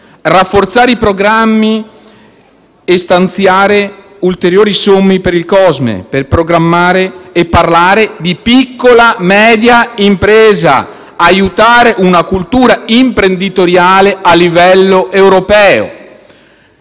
rafforzando i programmi e stanziando ulteriori somme per il COSME per programmare e parlare di piccola e media impresa, aiutando una cultura imprenditoriale a livello europeo.